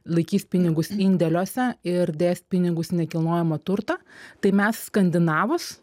laikys pinigus indėliuose ir dės pinigus į nekilnojamą turtą tai mes skandinavus